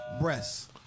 Breasts